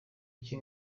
iki